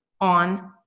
on